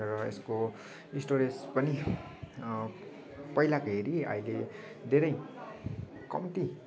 र यस्को स्टोरेज पनि पहिलाको हेरी अहिले धेरै कम्ती